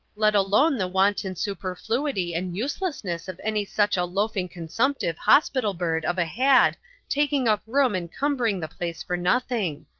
let alone the wanton superfluity and uselessness of any such a loafing consumptive hospital-bird of a had taking up room and cumbering the place for nothing.